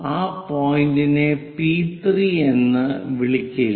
ആ പോയിന്റിനെ പി 3 എന്ന് വിളിക്കുക